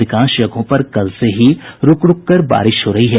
अधिकांश जगहों पर कल से ही रूक रूक बारिश हो रही है